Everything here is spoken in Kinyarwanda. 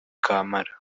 kamara